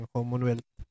Commonwealth